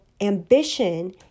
ambition